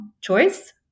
choice